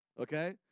Okay